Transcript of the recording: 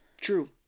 True